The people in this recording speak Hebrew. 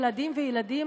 ילדים וילדים,